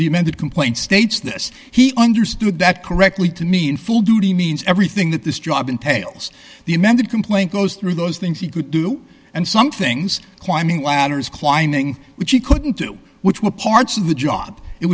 the amended complaint states this he understood that correctly to mean full duty means everything that this job entails the amended complaint goes through those things he could do and some things climbing ladders climbing which he couldn't do which were parts of the job it